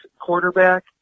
quarterback